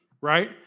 right